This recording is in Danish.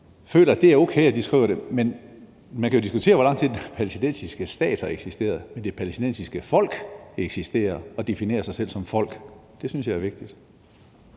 føler, at det er okay, at de skriver det. Men man kan jo diskutere, hvor lang tid den palæstinensiske stat har eksisteret, men at det palæstinensiske folk eksisterer og definerer sig selv som folk, synes jeg er vigtigt.